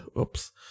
Oops